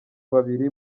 babiri